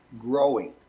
growing